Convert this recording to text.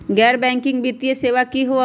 गैर बैकिंग वित्तीय सेवा की होअ हई?